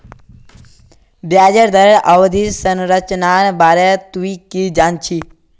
ब्याज दरेर अवधि संरचनार बारे तुइ की जान छि